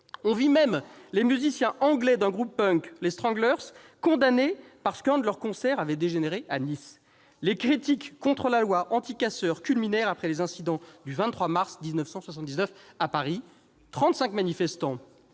On vit même les musiciens anglais d'un groupe punk, les Stranglers, condamnés parce qu'un de leurs concerts avait dégénéré à Nice. Les critiques contre la loi anti-casseurs culminèrent après les incidents du 23 mars 1979 à Paris. Trente-cinq manifestants